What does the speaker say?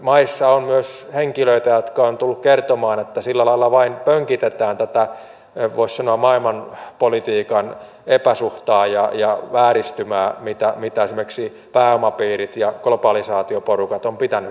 kehitysmaissa on myös henkilöitä jotka ovat tulleet kertomaan että sillä lailla vain pönkitetään tätä voisi sanoa maailmanpolitiikan epäsuhtaa ja vääristymää mitä esimerkiksi pääomapiirit ja globalisaatioporukat ovat pitäneet yllä